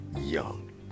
Young